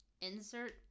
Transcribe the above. insert